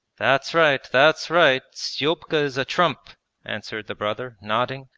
that's right, that's right, stepka is a trump answered the brother, nodding.